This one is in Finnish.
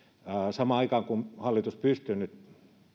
samaan aikaan kun hallitus pystyy nyt